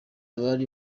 bari